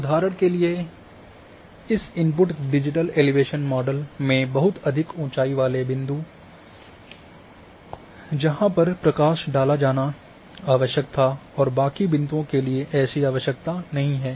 उदाहरण के लिए इस इनपुट डिजिटल एलिवेशन मॉडल में बहुत अधिक ऊंचाई वाले बिंदु जहां पर प्रकाश डाला जाना आवश्यक था और बाकी बिंदुओं के लिए ऐसी आवश्यकता नहीं है